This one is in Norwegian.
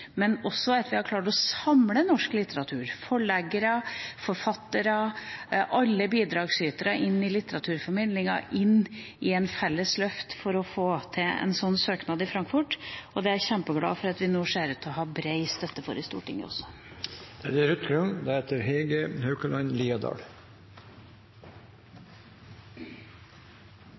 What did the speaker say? men også at vi har klart å samle norsk litteratur – forleggere, forfattere, alle bidragsyterne i litteraturformidlinga – til et felles løft for å få en slik søknad sendt til Frankfurt. Og det er jeg kjempeglad for at vi nå ser ut til å ha bred støtte for i Stortinget også.